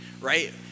right